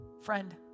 Friend